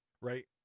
right